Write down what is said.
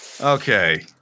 Okay